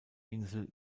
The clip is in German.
insel